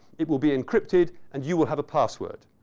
it will be encrypted and you will have a password.